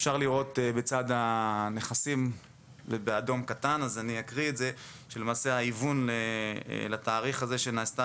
אפשר לראות בצד הנכסים (באדום קטן) שלמעשה ההיוון לתאריך שבו נעשתה